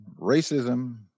racism